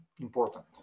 important